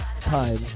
time